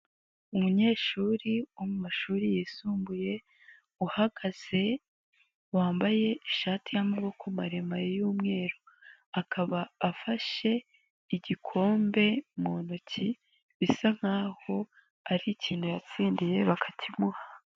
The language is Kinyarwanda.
Umunyeshuri wo mu mashuri yisumbuye, uhagaze wambaye ishati y'amaboko maremare y'umweru, akaba afashe igikombe mu ntoki ,bisa nkaho ari ikintu yatsindiye bakakimuha.